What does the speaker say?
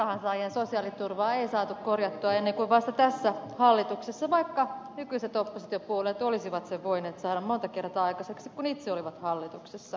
myöskään apurahansaajien sosiaaliturvaa ei saatu korjattua ennen kuin vasta tässä hallituksessa vaikka nykyiset oppositiopuolueet olisivat sen voineet saada monta kertaa aikaiseksi kun itse olivat hallituksessa